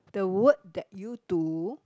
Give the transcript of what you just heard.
the work that you do